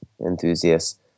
enthusiasts